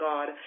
God